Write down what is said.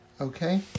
Okay